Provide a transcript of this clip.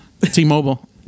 T-Mobile